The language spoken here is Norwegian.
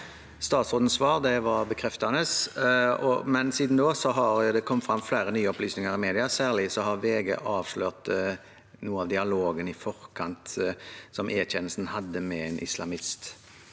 Statsrådens svar var bekreftende. Siden da har det kommet frem flere nye opplysninger i media, særlig VGs avsløringer av dialogen E-tjenesten hadde med en islamist.